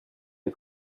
est